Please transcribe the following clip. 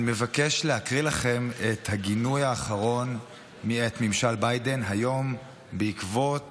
אני מבקש להקריא לכם את הגינוי האחרון מאת ממשל ביידן היום בעקבות